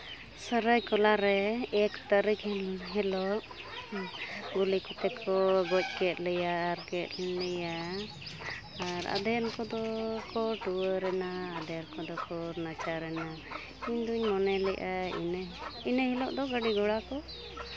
ᱥᱟᱹᱨᱟᱹᱭᱠᱮᱞᱟ ᱨᱮ ᱮᱠ ᱛᱟᱹᱨᱤᱠᱷ ᱦᱤᱞᱳᱜ ᱜᱩᱞᱤ ᱠᱚᱛᱮ ᱠᱚ ᱜᱚᱡ ᱠᱮᱫ ᱞᱮᱭᱟ ᱟᱨ ᱠᱮᱫ ᱞᱮᱭᱟ ᱟᱨ ᱟᱫᱮᱨ ᱠᱚᱫᱚ ᱠᱚ ᱴᱩᱣᱟᱹᱨᱮᱱᱟ ᱟᱫᱮᱨ ᱠᱚᱫᱚ ᱠᱚ ᱱᱟᱪᱟᱨᱮᱱᱟ ᱤᱧᱫᱩᱧ ᱢᱚᱱᱮ ᱞᱮᱫᱼᱟ ᱤᱱᱟᱹ ᱦᱤᱞᱳᱜ ᱫᱚ ᱜᱟᱹᱰᱤ ᱜᱷᱳᱲᱟ ᱠᱚ